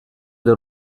del